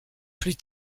plus